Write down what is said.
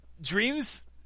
Dreams